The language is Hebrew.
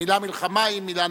והמלה מלחמה היא מלה נכונה.